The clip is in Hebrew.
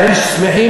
הם שמחים,